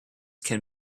can